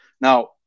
Now